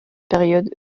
période